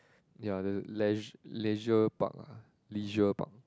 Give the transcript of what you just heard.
ya the leis~ leisure park ah leisure park